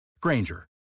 Granger